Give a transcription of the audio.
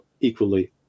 equally